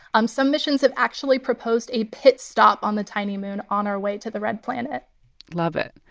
um some missions have actually proposed a pit stop on the tiny moon on our way to the red planet love it.